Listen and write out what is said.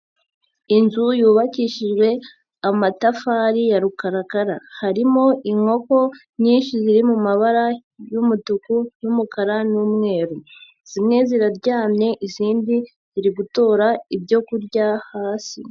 Inzu yubakishijwe amatafari ya rukarakara, harimo inkoko nyinshi ziri mu mabara y'umutuku, y'umukara n'umweru, zimwe ziraryamye izindi ziri gutora ibyo kurya hasi.